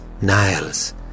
Niles